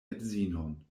edzinon